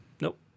Nope